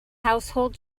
household